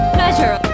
Pleasure